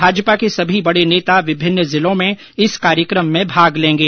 भाजपा के सभी बड़े नेता विभिन्न जिलों में इस कार्यक्रम में भाग लेंगे